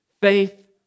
Faith